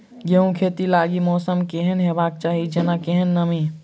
गेंहूँ खेती लागि मौसम केहन हेबाक चाहि जेना केहन नमी?